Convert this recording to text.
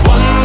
One